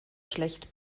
schlecht